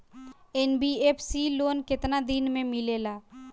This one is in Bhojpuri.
एन.बी.एफ.सी लोन केतना दिन मे मिलेला?